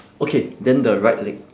okay then the right leg